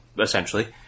essentially